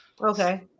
okay